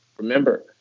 Remember